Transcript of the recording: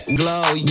glow